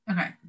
okay